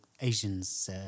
Asians